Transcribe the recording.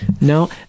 No